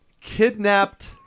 kidnapped